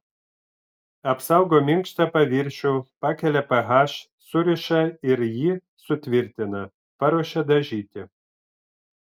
apsaugo minkštą paviršių pakelia ph suriša ir jį sutvirtina paruošia dažyti